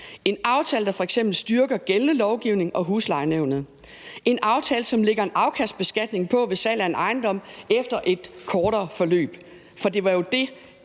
en aftale, der f.eks. styrker gældende lovgivning og huslejenævnet, en aftale, der lægger en afgiftbeskatning på salg af ejendom efter et kortere forløb, for det var jo det,